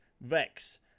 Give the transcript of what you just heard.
Vex